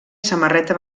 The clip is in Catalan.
samarreta